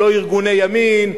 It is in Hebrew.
לא "ארגוני ימין",